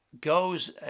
goes